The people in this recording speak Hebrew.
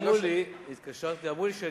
אמרו לי,